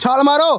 ਛਾਲ ਮਾਰੋ